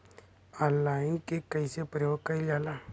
Online के कइसे प्रयोग कइल जाला?